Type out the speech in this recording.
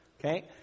Okay